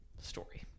story